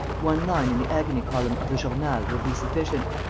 one line in the agony column of the journal will be sufficient.